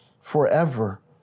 forever